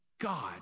God